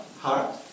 heart